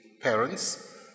parents